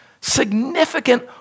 significant